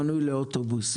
מנוי לאוטובוס,